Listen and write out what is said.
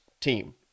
team